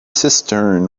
cistern